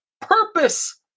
purpose